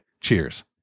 Cheers